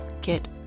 get